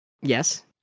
yes